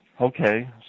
Okay